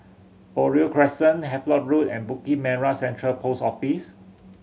Oriole Crescent Havelock Road and Bukit Merah Central Post Office